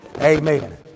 Amen